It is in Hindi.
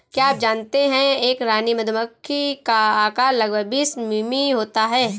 क्या आप जानते है एक रानी मधुमक्खी का आकार लगभग बीस मिमी होता है?